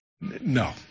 no